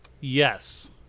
Yes